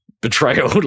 betrayal